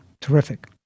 Terrific